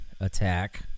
attack